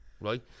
right